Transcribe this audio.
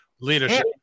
leadership